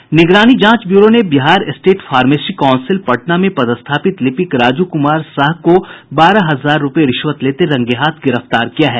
निगरानी जांच ब्यूरो ने Bihar state pharmacy council Patna में पदस्थापित लिपिक राजू कुमार साह को बारह हजार रूपये रिश्वत लेते हुए रंगे हाथ गिरफ्तार किया है